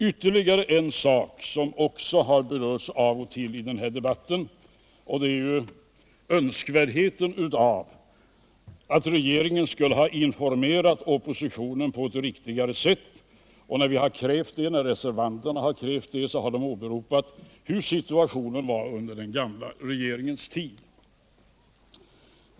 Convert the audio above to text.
Ytterligare en sak som har berörts av och till i den här debatten är önskvärdheten av att regeringen skulle ha informerat oppositionen på ett riktigare sätt. När reservanterna har krävt det, så har de åberopat hur situationen var under den gamla regeringens tid.